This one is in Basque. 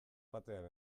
batean